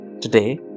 Today